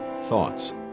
thoughts